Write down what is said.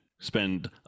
spend